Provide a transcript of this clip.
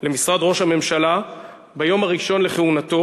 למשרד ראש הממשלה ביום הראשון לכהונתו